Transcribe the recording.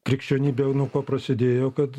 krikščionybė nuo ko prasidėjo kad